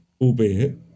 albeit